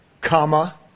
comma